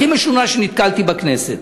הכי משונה שנתקלתי בכנסת.